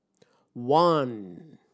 one